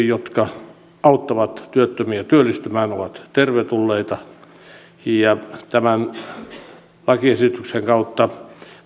jotka auttavat työttömiä työllistymään ovat tervetulleita tämän lakiesityksen kautta